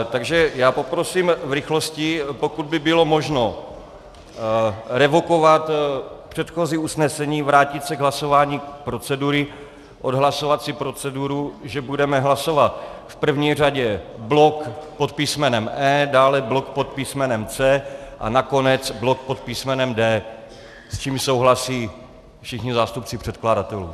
Takže poprosím v rychlosti, pokud by bylo možno revokovat předchozí usnesení, vrátit se k hlasování procedury, odhlasovat si proceduru, že budeme hlasovat v první řadě blok pod písmenem E, dále blok pod písmenem C a nakonec blok pod písmenem D, s čímž souhlasí všichni zástupci předkladatelů.